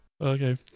okay